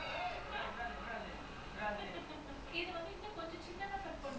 I wouldn't mind retiring like fifty lah I don't wanna work past fifty